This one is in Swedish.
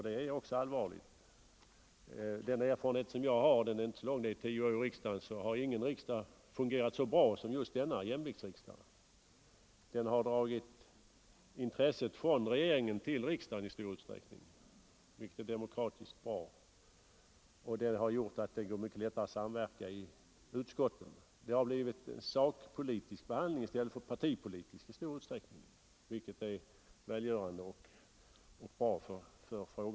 Det är också allvarligt. Enligt den erfarenhet jag har — den är inte så lång, jag har varit tio år i riksdagen — har ingen riksdag fungerat så bra som just denna jämviktsriksdag. Den har dragit intresset från regeringen till riksdagen i stor utsträckning, vilket är demokratiskt bra, och den har gjort att det går mycket lättare att komma överens i utskotten. Det har blivit en sakpolitisk i stället för en partipolitisk behandling i betydande utsträckning, vilket är välgörande.